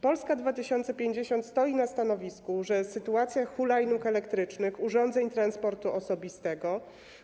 Polska 2050 stoi na stanowisku, że sytuacja hulajnóg elektrycznych, urządzeń transportu osobistego